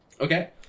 Okay